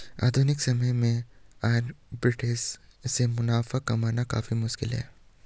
आधुनिक समय में आर्बिट्रेट से मुनाफा कमाना काफी मुश्किल है